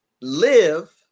Live